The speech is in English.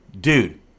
Dude